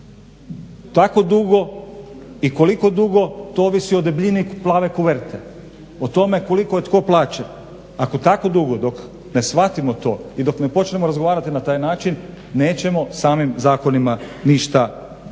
tako dugo i koliko dugo to ovisi o debljini plave koverte, o tome kliko je tko plaćen. Ako tako dugo dok ne shvatimo to i dok ne počnemo razgovarati na taj način nećemo samim zakonima ništa postići.